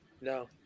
No